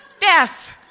death